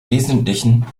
wesentlichen